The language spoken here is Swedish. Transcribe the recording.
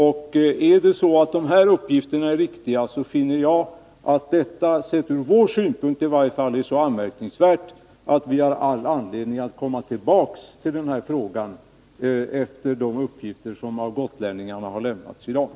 Och är de här uppgifterna riktiga, finner jag att de i varje fall från vår synpunkt sett är så anmärkningsvärda, att vi har all anledning att komma tillbaka till frågan, sedan de här uppgifterna i dag har lämnats av gotlänningarna.